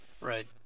Right